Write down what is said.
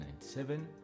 1997